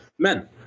men